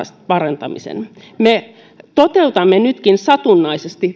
parantamisen me toteutamme nytkin satunnaisesti